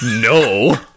No